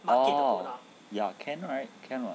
oh know ya can right can or not